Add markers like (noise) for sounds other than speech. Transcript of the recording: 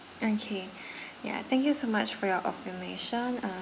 okay (breath) yeah thank you so much for your affirmation uh